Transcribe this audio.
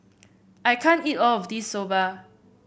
I can't eat all of this Soba